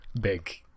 big